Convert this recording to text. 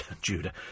Judah